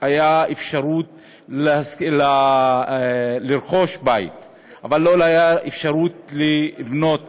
הייתה אפשרות לרכוש בית אבל לא הייתה אפשרות לבנות בית,